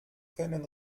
können